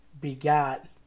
begat